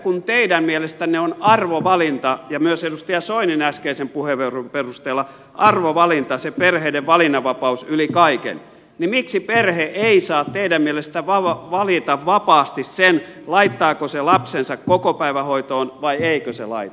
kun teidän mielestänne on arvovalinta ja myös edustaja soinin äskeisen puheenvuoron perusteella on arvovalinta se perheiden valinnanvapaus yli kaiken niin miksi perhe ei saa teidän mielestänne valita vapaasti sitä laittaako se lapsensa kokopäivähoitoon vai eikö se laita